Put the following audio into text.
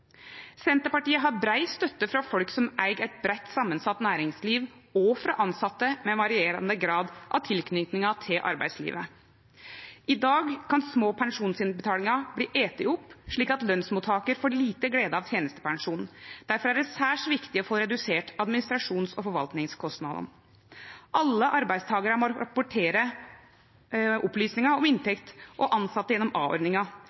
Senterpartiet har brei støtte frå folk som eig eit breitt samansett næringsliv, og frå tilsette med varierande grad av tilknyting til arbeidslivet. I dag kan små pensjonsinnbetalingar bli etne opp, slik at lønsmottakar får lita glede av tenestepensjonen. Difor er det særs viktig å få redusert administrasjons- og forvaltningskostnadane. Alle arbeidsgjevarar må rapportere opplysningar om inntekt og tilsette gjennom